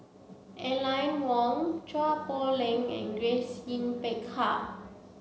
Aline Wong Chua Poh Leng and Grace Yin Peck Ha